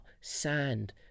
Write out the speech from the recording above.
sand